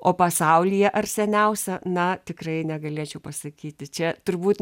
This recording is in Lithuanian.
o pasaulyje ar seniausia na tikrai negalėčiau pasakyti čia turbūt